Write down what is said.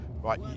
right